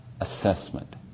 assessment